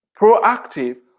proactive